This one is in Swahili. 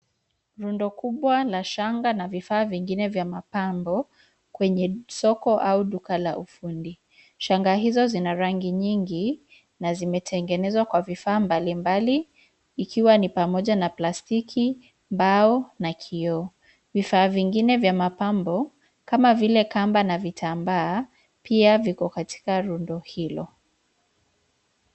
Rundo kubwa la shanga na vifaa vingine vya mapambo kwenye soko au duka la ufundi. Shanga hizo zina rangi nyingi na zimetengenezwa kwa vifaa mbalimbali, ikiwa ni pamoja na plastiki, mbao na kioo. Vifaa vingine vya mapambo, kama vile kamba na vitambaa, pia viko katika rundo hilo.